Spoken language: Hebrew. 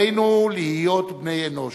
עלינו להיות בני-אנוש.